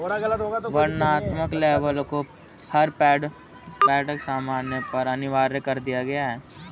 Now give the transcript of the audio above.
वर्णनात्मक लेबल को हर पैक्ड सामान पर अनिवार्य कर दिया गया है